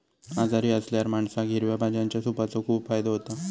आजारी असल्यावर माणसाक हिरव्या भाज्यांच्या सूपाचो खूप फायदो होता